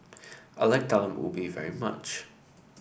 I like Talam Ubi very much